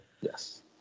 Yes